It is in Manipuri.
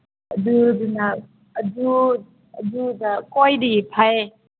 ꯑꯗꯨꯗꯨꯅ ꯑꯗꯨ ꯑꯗꯨꯗ ꯈ꯭ꯋꯥꯏꯗꯒꯤ ꯐꯩ